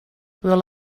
well